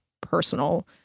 personal